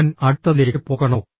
ഞാൻ അടുത്തതിലേക്ക് പോകണോ